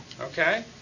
Okay